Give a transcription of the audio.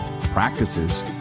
practices